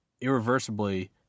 irreversibly